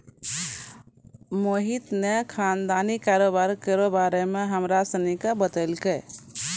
मोहित ने खानदानी कारोबार केरो बारे मे हमरा सनी के बतैलकै